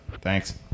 Thanks